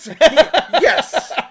yes